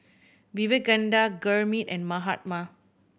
Vivekananda Gurmeet and Mahatma